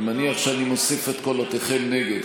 אני מניח שאני מוסיף את קולותיכם נגד,